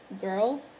girl